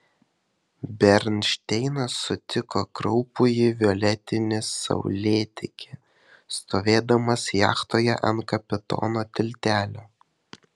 bernšteinas sutiko kraupųjį violetinį saulėtekį stovėdamas jachtoje ant kapitono tiltelio